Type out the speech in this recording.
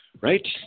right